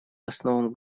основам